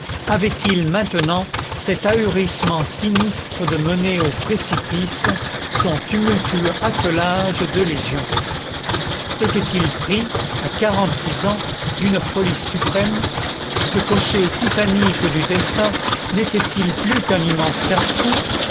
avait-il maintenant cet ahurissement sinistre de mener aux précipices son tumultueux attelage de légions était-il pris à quarante-six ans d'une folie suprême ce cocher titanique du destin n'était-il plus qu'un immense casse-cou